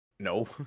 No